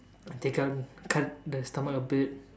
take out cut the stomach a bit